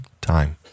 time